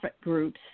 groups